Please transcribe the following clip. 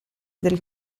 del